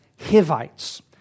Hivites